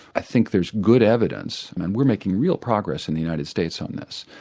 i think there's good evidence and we're making real progress in the united states on this,